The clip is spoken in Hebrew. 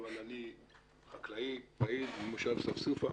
אבל אני חקלאי פעיל ממושב ספסופה.